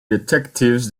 detectives